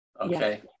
okay